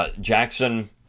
Jackson